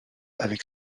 avec